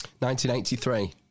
1983